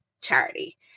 charity